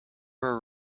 were